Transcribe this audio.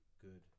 good